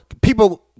people